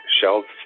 shelves